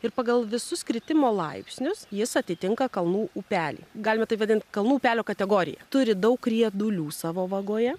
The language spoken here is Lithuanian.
ir pagal visus kritimo laipsnius jis atitinka kalnų upelį galima taip vadint kalnų upelio kategorija turi daug riedulių savo vagoje